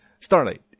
Starlight